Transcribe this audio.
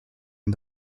and